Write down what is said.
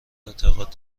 اعتقاد